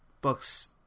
books